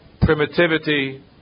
primitivity